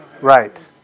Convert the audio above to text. Right